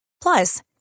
Plus